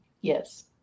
Yes